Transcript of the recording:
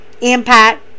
Impact